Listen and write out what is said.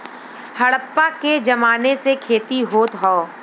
हड़प्पा के जमाने से खेती होत हौ